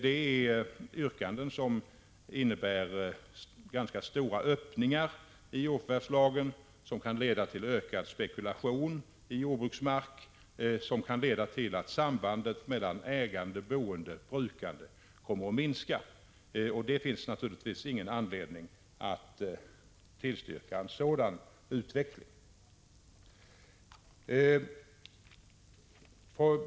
Det är yrkanden som innebär ganska stora öppningar i jordförvärvslagen, något som kan leda till ökad spekulation i jordbruksmark och som kan leda till att sambandet mellan ägande-boende-brukande kommer att minska. Det finns naturligtvis ingen anledning för oss att tillstyrka en sådan utveckling.